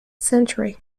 century